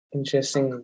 Interesting